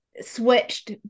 switched